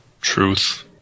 Truth